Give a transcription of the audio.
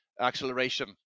acceleration